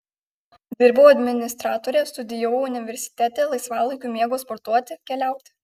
dirbau administratore studijavau universitete laisvalaikiu mėgau sportuoti keliauti